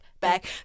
back